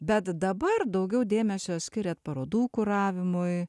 bet dabar daugiau dėmesio skiriat parodų kuravimui